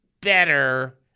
better